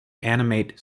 animate